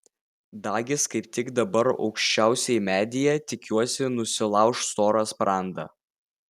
dagis kaip tik dabar aukščiausiai medyje tikiuosi nusilauš storą sprandą